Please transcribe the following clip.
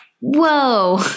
Whoa